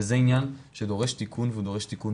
וזה עניין שדורש תיקון והוא דורש תיקון